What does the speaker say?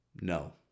No